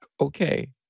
okay